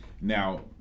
Now